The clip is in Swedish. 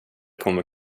kommer